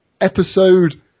episode